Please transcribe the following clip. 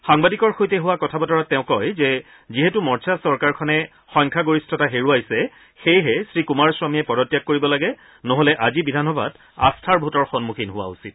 সাংবাদিকৰ সৈতে হোৱা কথা বতৰাত তেওঁ কয় যে যিহেতু মৰ্চা চৰকাৰখনে সংখ্যাগৰিষ্ঠতা হেৰুৱাইছে সেয়েহে শ্ৰীকুমাৰাস্বামীয়ে পদত্যাগ কৰিব লাগে নহলে আজি বিধানসভাত আস্থাৰ ভোটৰ সন্মুখীন হোৱা উচিত